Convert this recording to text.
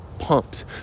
pumped